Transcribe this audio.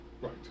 Right